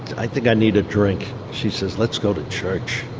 i think i need a drink, she says, let's go to church,